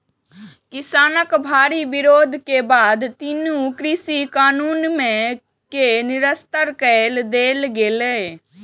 किसानक भारी विरोध के बाद तीनू कृषि कानून कें निरस्त कए देल गेलै